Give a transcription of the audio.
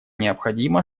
необходимо